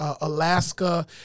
Alaska